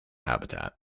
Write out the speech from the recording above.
habitat